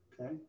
okay